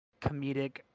comedic